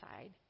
side